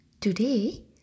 Today